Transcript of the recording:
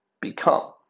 become